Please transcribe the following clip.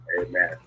Amen